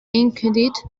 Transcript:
inuktitut